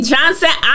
Johnson